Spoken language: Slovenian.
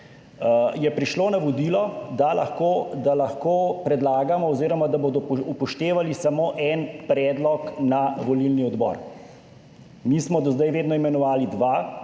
je prišlo navodilo, da lahko predlagamo oziroma da bodo upoštevali samo en predlog na volilni odbor. Mi smo do zdaj vedno imenovali dva